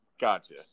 gotcha